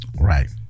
Right